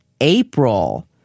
April